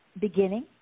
beginning